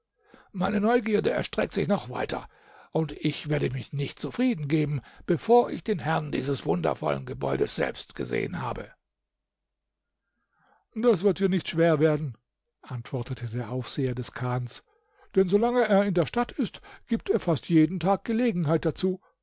meine neugierde erstreckt sich noch weiter und ich werde mich nicht zufrieden geben bevor ich den herrn dieses wundervollen gebäudes selbst gesehen habe das wird dir nicht schwer werden antwortete der aufseher des chans denn solange er in der stadt ist gibt er fast jeden tag gelegenheit dazu